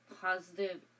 positive